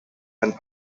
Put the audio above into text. and